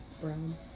brown